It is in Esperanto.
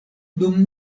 dum